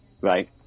right